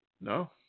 No